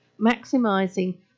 maximising